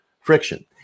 friction